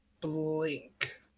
blink